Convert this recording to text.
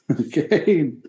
Okay